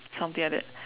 something like that